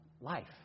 life